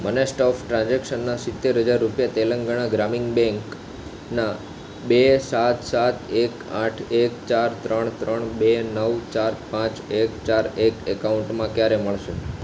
મને સ્ટોક ટ્રાન્ઝેક્શનના સિત્તેર હજાર રૂપિયા તેલંગણા ગ્રામીણ બેંકના બે સાત સાત એક આઠ એક ચાર ત્રણ ત્રણ બે નવ ચાર પાંચ એક ચાર એક એકાઉન્ટમાં ક્યારે મળશે